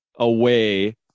away